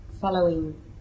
following